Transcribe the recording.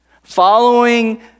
Following